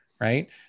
right